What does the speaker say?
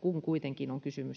kun kuitenkin valtuutettuna on kysymys